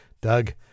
Doug